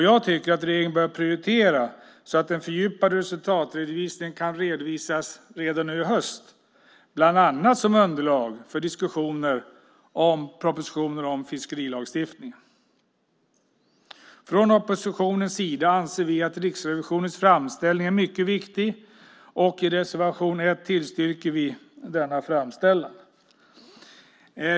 Jag tycker att regeringen bör prioritera så att den fördjupade resultatredovisningen kan komma redan nu i höst, bland annat som underlag för diskussioner om propositionen om fiskerilagstiftningen. Från oppositionens sida anser vi att Riksrevisionens framställning är mycket viktig, och i reservation nr 1 tillstyrker vi framställningen.